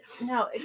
no